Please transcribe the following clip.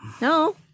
No